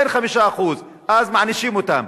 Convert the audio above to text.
אין 5% אז מענישים אותם.